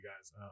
guys